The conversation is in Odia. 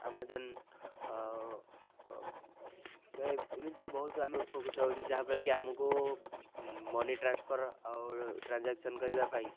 ଆମାଜନ୍ ଏମିତି ବହୁତ ଆମେ ଉପକୃତ ହେଉଛୁ ଯାହାଫଳରେ କି ଆମକୁ ମନି ଟ୍ରାନ୍ସଫର୍ ଆଉ ଟ୍ରାଞ୍ଜାକ୍ସନ୍ କରିବା ପାଇଁ